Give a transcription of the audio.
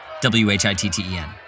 w-h-i-t-t-e-n